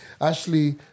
Ashley